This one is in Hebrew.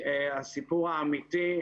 הסיפור האמיתי.